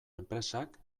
enpresak